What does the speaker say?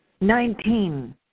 nineteen